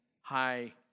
high